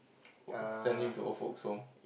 send him to old folk's home